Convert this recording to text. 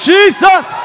Jesus